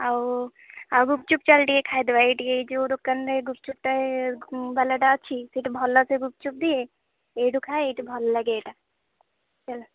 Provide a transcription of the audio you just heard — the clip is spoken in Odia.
ଆଉ ଆଉ ଗୁପ୍ଚୁପ୍ ଚାଲ୍ ଟିକେ ଖାଇଦେବା ଏଇ ଟିକେ ଏଇ ଯୋଉ ଦୋକାନରେ ଗୁପ୍ଚୁପ୍ଟା ବାଲାଟା ଅଛି ସେଇଠି ଭଲ ସେ ଗୁପ୍ଚୁପ୍ ଦିଏ ଏଇଠୁ ଖାଏ ଏଇଠି ଭଲଲାଗେ ଏଇଟା ଚାଲ